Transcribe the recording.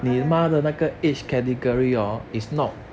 I have